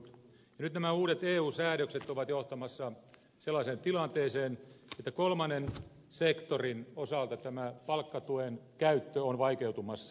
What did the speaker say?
nyt nämä uudet eu säädökset ovat johtamassa sellaiseen tilanteeseen että kolmannen sektorin osalta palkkatuen käyttö on vaikeutumassa